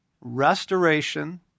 Restoration